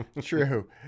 True